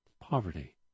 poverty